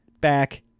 back